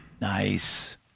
Nice